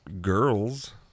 girls